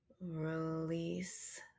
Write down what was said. release